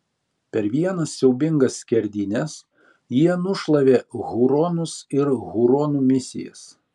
per vienas siaubingas skerdynes jie nušlavė huronus ir huronų misijas